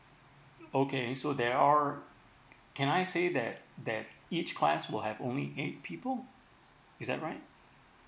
okay so they're can I say that that each class will have only eight people is that right